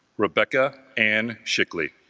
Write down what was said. rebecca ann shickly,